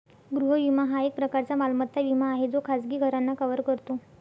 गृह विमा हा एक प्रकारचा मालमत्ता विमा आहे जो खाजगी घरांना कव्हर करतो